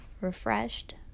refreshed